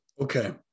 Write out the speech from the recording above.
Okay